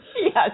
Yes